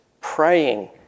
praying